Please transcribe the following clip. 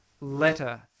letter